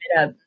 up